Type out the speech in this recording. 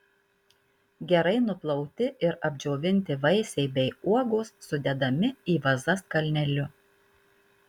gerai nuplauti ir apdžiovinti vaisiai bei uogos sudedami į vazas kalneliu